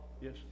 Yes